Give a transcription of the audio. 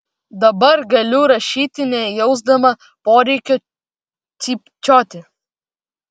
dabar galiu rašyti nejausdama poreikio cypčioti